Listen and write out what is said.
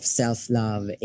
self-love